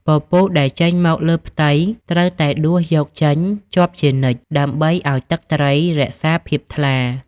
ពពុះ ដែលចេញមកលើផ្ទៃត្រូវតែដួសយកចេញជាប់ជានិច្ចដើម្បីឱ្យទឹកត្រីរក្សាភាពថ្លា។